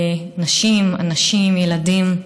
נשים, אנשים, ילדים,